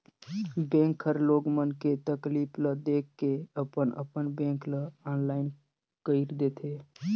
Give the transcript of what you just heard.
bank हर लोग मन के तकलीफ ल देख के अपन अपन बेंक ल आनलाईन कइर देथे